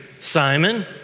Simon